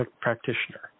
practitioner